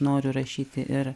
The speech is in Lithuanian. noriu rašyti ir